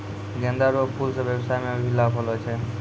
गेंदा रो फूल से व्यबसाय मे भी लाब होलो छै